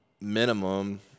minimum